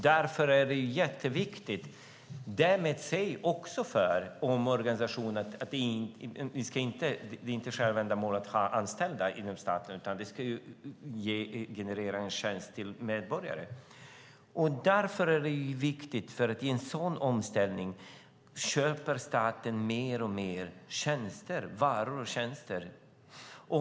Därför är det jätteviktigt också vid omorganisation att det inte är ett självändamål att ha anställda inom staten. Vi ska ju generera en tjänst till medborgarna. Därför är det viktigt, för i en sådan omställning köper staten mer och mer varor och tjänster.